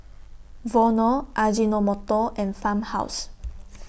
Vono Ajinomoto and Farmhouse